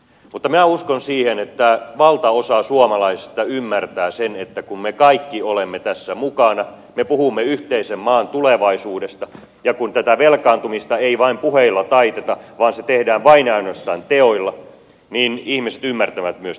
mutta minä uskon siihen että valtaosa suomalaisista ymmärtää sen että kun me kaikki olemme tässä mukana me puhumme yhteisen maan tulevaisuudesta ja kun tätä velkaantumista ei vain puheilla taiteta vaan se tehdään vain ja ainoastaan teoilla niin ihmiset ymmärtävät myös tämän kokonaisuuden